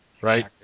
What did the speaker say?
right